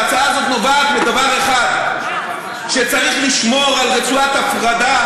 ההצעה הזאת נובעת מדבר אחד: שצריך לשמור על רצועת הפרדה,